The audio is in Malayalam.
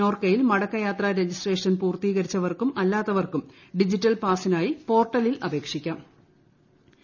നോർക്കയിൽ മടക്കയാത്രാ രജിസ്ട്രേഷൻ പൂർത്തീകരിച്ചുവർക്കും അല്ലാത്തവർക്കും ഡിജിറ്റൽ പാസിനായി പോർട്ടലിൽ അപേക്ഷിക്കാട്ട്